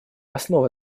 основа